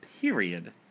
period